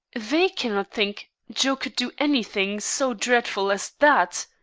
they cannot think, joe could do any thing so dreadful as that?